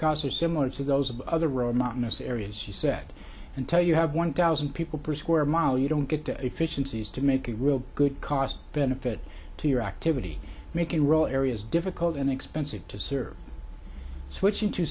cars are similar to those of other road mountainous areas he said until you have one thousand people per square mile you don't get the efficiencies to make a real good cost benefit to your activity making role areas difficult and expensive to serve switching to